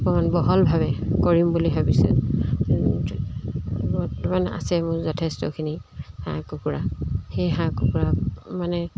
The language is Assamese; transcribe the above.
অকণমান বহলভাৱে কৰিম বুলি ভাবিছোঁ বৰ্তমান আছে মোৰ যথেষ্টখিনি হাঁহ কুকুৰা সেই হাঁহ কুকুৰা মানে